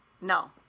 No